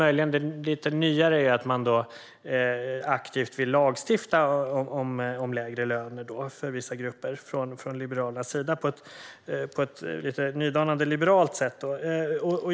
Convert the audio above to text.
Möjligen är det nya att man från Liberalernas sida aktivt vill lagstifta om lägre löner för vissa grupper på ett lite nydanande och liberalt sätt.